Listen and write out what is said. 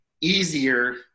easier